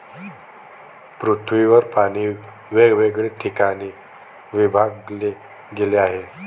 पृथ्वीवर पाणी वेगवेगळ्या ठिकाणी विभागले गेले आहे